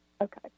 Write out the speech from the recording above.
Okay